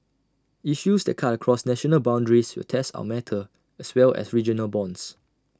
issues that cut across national boundaries will test our mettle as well as regional bonds